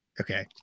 Okay